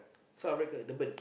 South Africa Durban